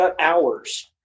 hours